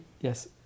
Yes